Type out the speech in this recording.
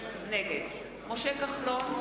נגד משה כחלון,